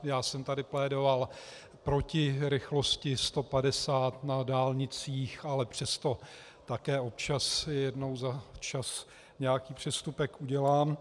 Já jsem tady plédovat proti rychlosti 150 na dálnicích, ale přesto také občas, jednou za čas nějaký přestupek udělám.